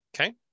Okay